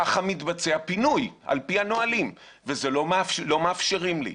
ככה מתבצע פינוי על פי הנהלים ולא מאפשרים לי.